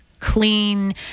clean